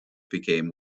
became